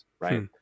right